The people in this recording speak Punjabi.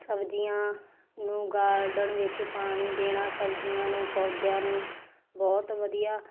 ਸਬਜ਼ੀਆਂ ਨੂੰ ਗਾਰਡਨ ਵਿੱਚ ਪਾਣੀ ਦੇਣਾ ਸਬਜ਼ੀਆਂ ਨੂੰ ਪੌਦਿਆਂ ਨੂੰ ਬਹੁਤ ਵਧੀਆ